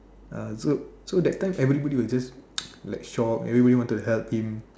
uh so so that time everybody was just like shocked everybody wanted to help him